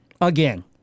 again